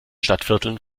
stadtvierteln